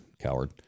Coward